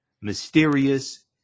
mysterious